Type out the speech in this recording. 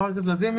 חברת הכנסת לזימי,